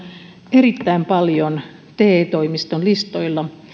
erittäin paljon te toimiston listoilla